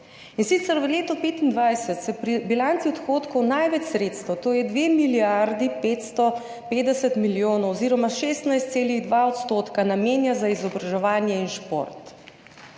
In sicer, v letu 2025 se pri bilanci odhodkov največ sredstev, to je dve milijardi 550 milijonov oziroma 16,2 %, namenja za izobraževanje in šport.